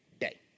day